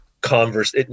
converse